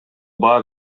баа